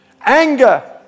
anger